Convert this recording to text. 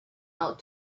out